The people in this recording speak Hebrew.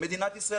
מדינת ישראל,